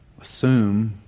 assume